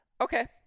Okay